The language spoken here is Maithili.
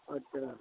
अच्छा